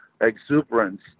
exuberance